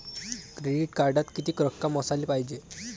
Credit कार्डात कितीक रक्कम असाले पायजे?